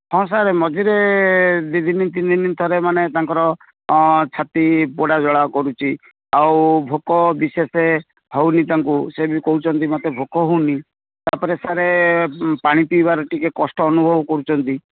ହଁ ସାର୍ ମଝିରେ ଦୁଇ ଦିନି ତିନି ଦିନ ଥରେ ମାନେ ତାଙ୍କର ଛାତି ପୋଡ଼ା ଜଳା କରୁଛି ଆଉ ଭୋକ ବିଶେଷ ହେଉନି ତାଙ୍କୁ ସିଏ ବି କହୁଛନ୍ତି ମତେ ଭୋକ ହଉନି ତାପରେ ସାର ପାଣି ପିଇବାରେ ଟିକେ କଷ୍ଟ ଅନୁଭବ କରୁଛନ୍ତି